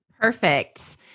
Perfect